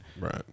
Right